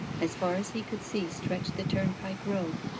as far as he could see stretched the turnpike road,